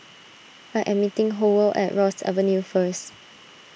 I am meeting Howell at Ross Avenue first